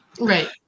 right